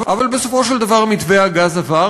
אבל בסופו של דבר מתווה הגז עבר,